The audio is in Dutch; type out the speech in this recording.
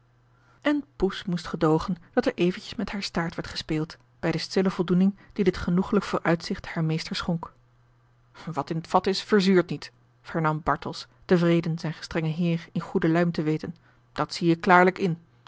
een poes moest gedoogen dat er eventjes met hare staart werd gespeeld bij de stille voldoening die dit genoeglijk vooruitzicht haar meester schonk wat in t vat is verzuurt niet hernam bartels tevreden zijn gestrengen heer in goede luim te weten dat zie ik klaarlijk in